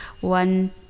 one